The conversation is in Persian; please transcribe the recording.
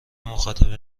مخاطبین